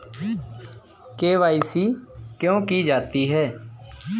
KYC क्यों की जाती है?